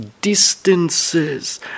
distances